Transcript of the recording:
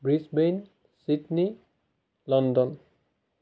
Brisbane Sydney London